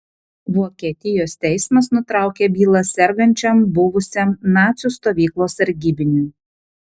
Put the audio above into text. vokietijos teismas nutraukė bylą sergančiam buvusiam nacių stovyklos sargybiniui